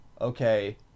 okay